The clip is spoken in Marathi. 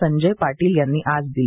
संजय पाटील यांनी आज दिली